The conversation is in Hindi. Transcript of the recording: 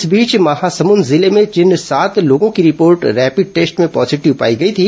इस बीच महासमुंद जिले में जिन सात लोगों की रिपोर्ट रैपिड टेस्ट में पॉजीटिव पाई गई थी